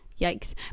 yikes